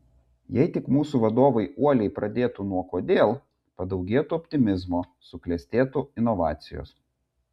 jei tik mūsų vadovai uoliai pradėtų nuo kodėl padaugėtų optimizmo suklestėtų inovacijos